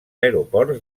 aeroports